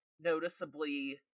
noticeably